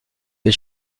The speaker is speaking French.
des